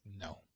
No